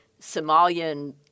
Somalian